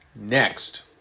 Next